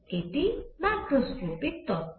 এটি ম্যাক্রোস্কোপিক তত্ত্ব